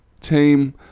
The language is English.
team